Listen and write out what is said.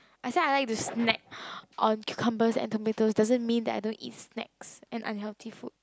I said I like to snack on cucumbers and tomatoes doesn't mean that I don't eat snack and unhealthy food